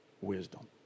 wisdom